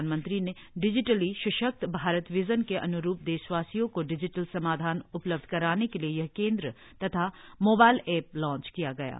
प्रधानमंत्री के डिजिटली सशक्त भारत विजन के अन्रूप देशवासियों को डिजिटल समाधान उपलब्ध कराने के लिए यह केन्द्र तथा मोबाइल ऐप लॉन्च किया गया है